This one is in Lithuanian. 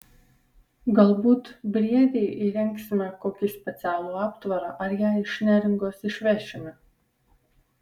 galbūt briedei įrengsime kokį specialų aptvarą ar ją iš neringos išvešime